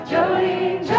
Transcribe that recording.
Jolene